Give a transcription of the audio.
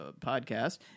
podcast